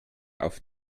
auf